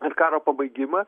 ir karo pabaigimas